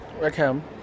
Welcome